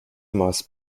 moss